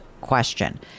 question